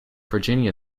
virginia